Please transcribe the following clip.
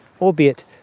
Albeit